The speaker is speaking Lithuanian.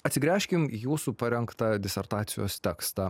atsigręžkim į jūsų parengtą disertacijos tekstą